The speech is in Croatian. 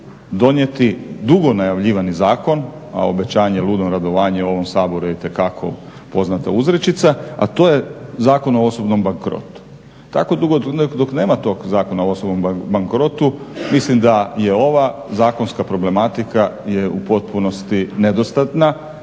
donijeti dugo najavljivani zakon, a obećanje ludom radovanje u ovom Saboru je itekako poznata uzrečica, a to je Zakon o osobnom bankrotu. Tako dugo dok nema tog Zakona o osobnom bankrotu, mislim da je ova zakonska problematika je u potpunosti nedostatna